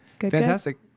Fantastic